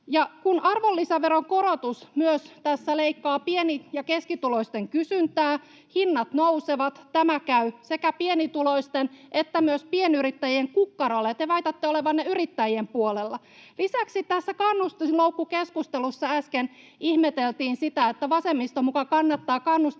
Ja arvonlisäveron korotus tässä myös leikkaa pieni‑ ja keskituloisten kysyntää, hinnat nousevat. Tämä käy sekä pienituloisten että myös pienyrittäjien kukkarolle, ja te väitätte olevanne yrittäjien puolella. Lisäksi kun tässä kannustinloukkukeskustelussa äsken ihmeteltiin sitä, että vasemmisto muka kannattaa